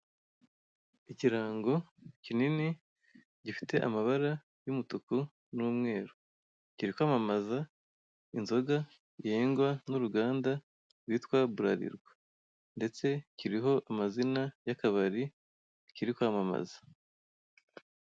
Ikirango kinini gifite amabara y'umutuku n'umweru kiri kwamamaza inzoga yengwa n'uruganda rwitwa bularirwa ndetse kiriho amazina y'akabari kiri kwamamaza.